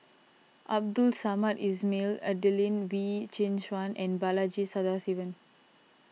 Abdul Samad Ismail Adelene Wee Chin Suan and Balaji Sadasivan